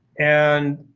and